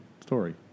story